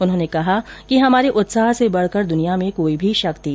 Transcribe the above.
उन्होंने कहा कि हमारे उत्साह से बढकर दुनिया में कोई भी शक्ति नहीं है